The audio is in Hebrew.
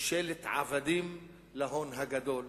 ממשלת עבדים להון הגדול,